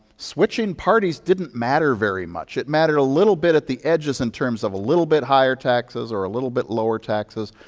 switching parties didn't matter very much. it mattered a little bit at the edges, in terms of a little bit higher taxes or a little bit lower taxes,